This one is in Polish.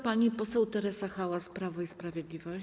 Pani poseł Teresa Hałas, Prawo i Sprawiedliwość.